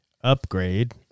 Upgrade